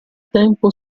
tempo